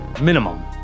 minimum